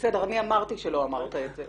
בסדר, אני אמרתי שלא אמרת זאת.